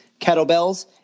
kettlebells